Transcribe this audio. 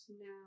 now